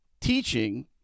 teaching